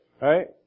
Right